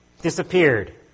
disappeared